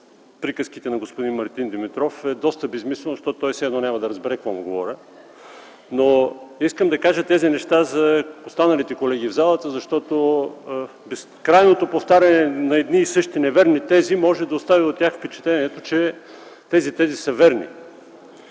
приказките на господин Мартин Димитров е доста безсмислено, защото той, все едно, няма да разбере за какво говоря. Искам да кажа тези неща за останалите колеги в залата, защото безкрайното повтаряне на едни и същи неверни тези може да остави у тях впечатлението, че те са верни.